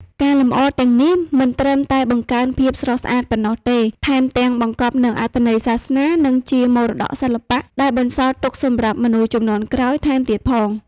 ការលម្អទាំងនេះ មិនត្រឹមតែបង្កើនភាពស្រស់ស្អាតប៉ុណ្ណោះទេ ថែមទាំងបង្កប់នូវអត្ថន័យសាសនា និងជាមរតកសិល្បៈ ដែលបន្សល់ទុកសម្រាប់មនុស្សជំនាន់ក្រោយថែមទៀតផង។